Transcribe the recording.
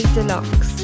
Deluxe